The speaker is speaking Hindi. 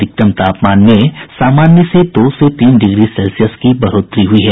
अधिकतम तापमान में सामान्य से दो से तीन डिग्री सेल्सियस की बढ़ोतरी हुई है